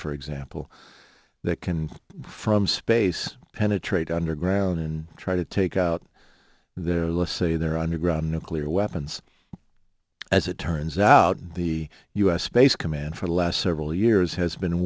for example that can from space penetrate underground and try to take out their list say their underground nuclear weapons as it turns out the u s space command for the last several years has been